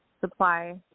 supply